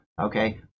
Okay